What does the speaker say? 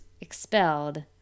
expelled